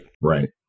Right